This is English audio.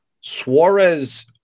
Suarez